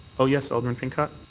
oh, yes. alderman pincott?